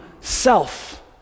self